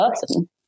person